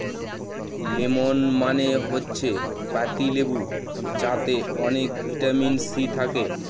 lemon মানে হচ্ছে পাতি লেবু যাতে অনেক ভিটামিন সি থাকে